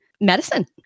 medicine